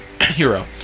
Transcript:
Hero